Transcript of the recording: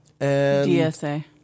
DSA